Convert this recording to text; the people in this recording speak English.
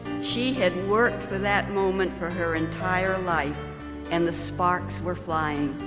she had worked for that moment for her entire life and the sparks were flying.